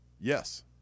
Yes